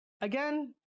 Again